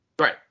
right